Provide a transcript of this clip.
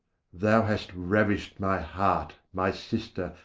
thou hast ravished my heart, my sister,